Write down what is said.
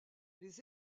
les